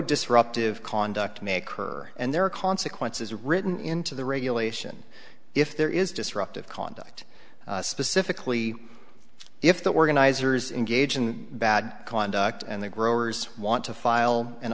disruptive conduct maker and there are consequences written into the regulation if there is disruptive conduct specifically if the organizers engage in bad conduct and the growers want to file an